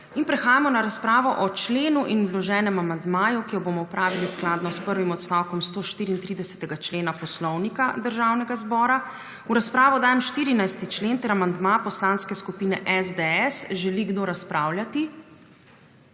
In prehajamo na razpravo o členu in vloženem amandmaju, ki jo bomo opravili skladno s prvim odstavkom 134. člena Poslovnika Državnega zbora. V razpravo dajem 14. člen ter amandma Poslanske skupine SDS. Želi kdo razpravljati?